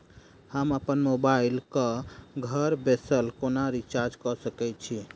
हम अप्पन मोबाइल कऽ घर बैसल कोना रिचार्ज कऽ सकय छी?